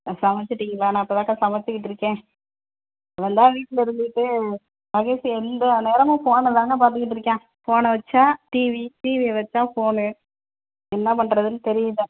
ஆ சமைச்சிட்டிங்களா நான் இப்போ தான் அக்கா சமைச்சிக்கிட்டு இருக்கேன் அவன் தான் வீட்டில் இருந்துட்டே மகேஷ் எந்த நேரமும் ஃபோனை தான்க்கா பார்த்துக்கிட்டு இருக்கான் ஃபோனை வெச்சா டிவி டிவியை வெச்சா ஃபோனு என்ன பண்ணுறதுன்னு தெரியல